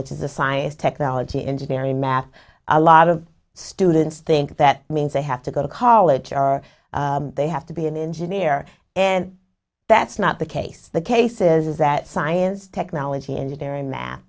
which is a science technology engineering math a lot of students think that means they have to go to college or they have to be an engineer and that's not the case the case is that science technology engineering